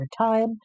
time